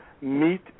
meet